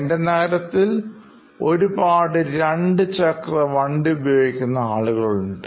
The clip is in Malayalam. എൻറെ നഗരത്തിൽ ഒരുപാട് രണ്ടു ചക്രവണ്ടി ഉപയോഗിക്കുന്ന ആളുകളുണ്ട്